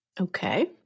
okay